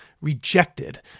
rejected